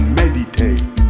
meditate